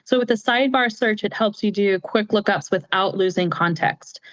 so with the sidebar search, it helps you do quick look-ups without losing context,